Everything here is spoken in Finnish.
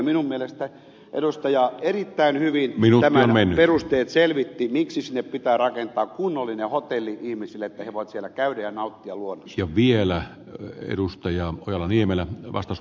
minun mielestäni edustaja erittäin hyvin tämän perusteet selvitti miksi sinne pitää rakentaa kunnollinen hotelli ihmisille että he voivat siellä käydä ja nauttia luo ja vielä edustaja on rovaniemellä luonnosta